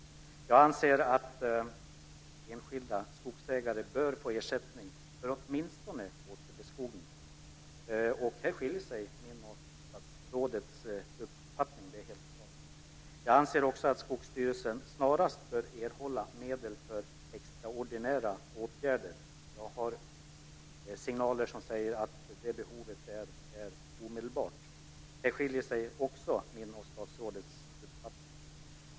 Jag anser att enskilda skogsägare bör få ersättning åtminstone för återbeskogning. Där skiljer sig min och statsrådets uppfattningar, det är helt klart. Jag anser också att Skogsstyrelsen snarast bör erhålla medel för extraordinära insatser. Enligt de signaler som jag har fått är det behovet akut. Också där skiljer sig min och statsrådets uppfattningar.